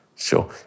Sure